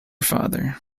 father